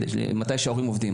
מתי שההורים עובדים.